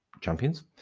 champions